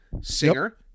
singer